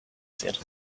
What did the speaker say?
said